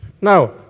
Now